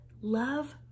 Love